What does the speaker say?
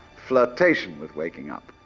flirtation with waking up